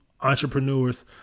entrepreneurs